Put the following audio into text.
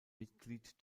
mitglied